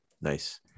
Nice